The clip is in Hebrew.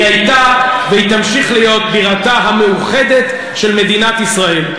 היא הייתה והיא תמשיך להיות בירתה המאוחדת של מדינת ישראל.